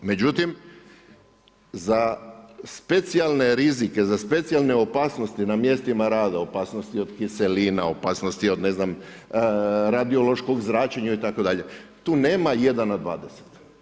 Međutim, za specijalne rizike, za specijalne opasnosti na mjestima rada, opasnosti od kiselina, opasnosti od ne znam, radiološkog zračenja itd., tu nema 1 na 20.